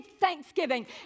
Thanksgiving